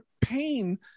pain